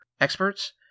experts